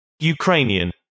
ukrainian